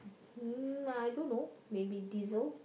mm I don't know maybe diesel